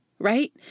right